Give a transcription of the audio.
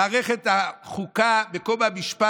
כמה ג'ובים נשאר